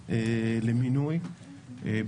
הוועדה.